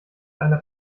einer